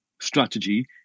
strategy